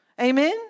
Amen